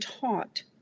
taught